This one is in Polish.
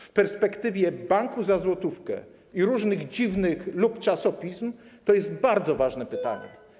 W perspektywie „banku za złotówkę” i różnych dziwnych „lub czasopism” to jest bardzo ważne pytanie.